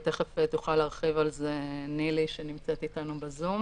ותיכף תוכל להרחיב על זה נילי שנמצאת איתנו בזום